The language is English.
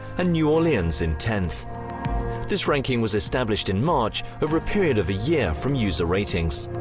and new orleans in tenth this ranking was established in march over a period of a year from user ratings.